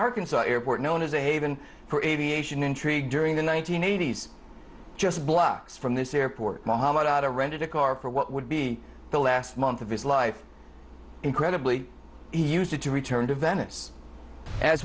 arkansas airport known as a haven for aviation intrigue during the one nine hundred eighty s just blocks from this airport mohamed atta rented a car for what would be the last month of his life incredibly he used to return to venice as